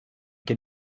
can